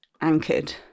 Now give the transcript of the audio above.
anchored